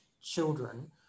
children